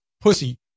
Pussy